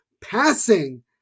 passing